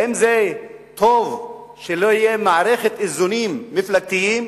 האם זה טוב שלא תהיה מערכת איזונים מפלגתיים?